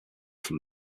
from